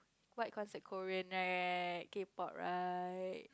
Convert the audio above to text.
but cause Korean right K pop right